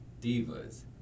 divas